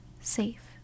safe